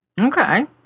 Okay